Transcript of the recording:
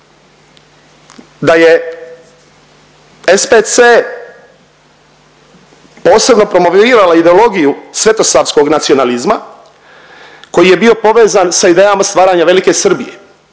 da je SPC posebno promovirala ideologiju svetosavskog nacionalizma koji je bio povezan sa idejama stvaranja Velike Srbije.